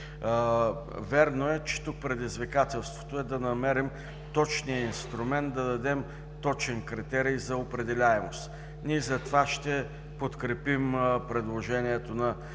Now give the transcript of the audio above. Вярно е, че тук предизвикателството е да намерим точния инструмент, да дадем точен критерий за определяемост. Затова ще подкрепим предложението на